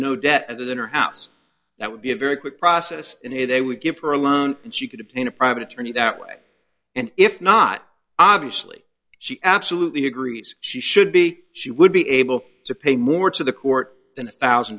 no debt other than her house that would be a very quick process and they would give her a loan and she could obtain a private attorney that way and if not obviously she absolutely agrees she should be she would be able to pay more to the court than a thousand